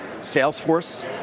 Salesforce